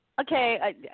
Okay